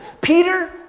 Peter